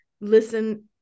listen